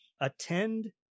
attend